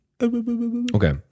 okay